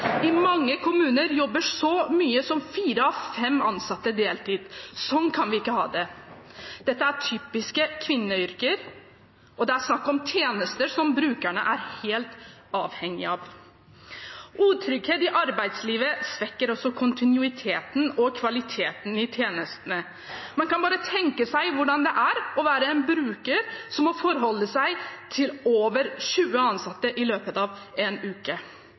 I mange kommuner jobber så mange som fire av fem ansatte deltid. Sånn kan vi ikke ha det. Dette er typiske kvinneyrker, og det er snakk om tjenester som brukerne er helt avhengig av. Utrygghet i arbeidslivet svekker også kontinuiteten og kvaliteten i tjenestene. Man kan bare tenke seg hvordan det er å være en bruker som må forholde seg til over 20 ansatte i løpet av en uke.